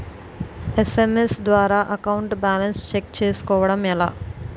SMS ద్వారా account balance check చేసుకోవటం ఎలా?